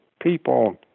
people